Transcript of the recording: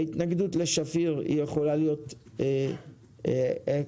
ההתנגדות לשפיר יכולה להיות עקרונית